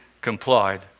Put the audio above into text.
complied